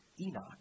Enoch